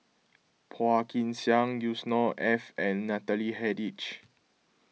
Phua Kin Siang Yusnor Ef and Natalie Hennedige